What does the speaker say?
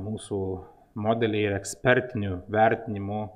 mūsų modelyje ekspertiniu vertinimu